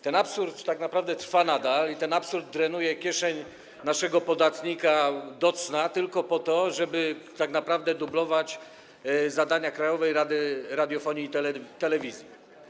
Ten absurd tak naprawdę trwa nadal i ten absurd drenuje kieszeń naszego podatnika do cna tylko po to, żeby tak naprawdę dublować zadania Krajowej Rady Radiofonii i Telewizji.